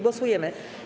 Głosujemy.